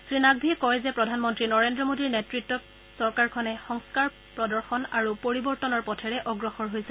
শ্ৰী নাক্ভীয়ে কয় যে প্ৰধানমন্ত্ৰী নৰেন্দ্ৰ মোডীৰ নেতৃত্বত চৰকাৰখনে সংস্থাৰ প্ৰদৰ্শন আৰু পৰিৱৰ্তনৰ পথেৰে অগ্ৰসৰ হৈছে